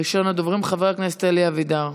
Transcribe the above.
ראשון הדוברים, חבר הכנסת אלי אבידר.